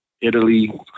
Italy